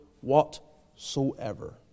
whatsoever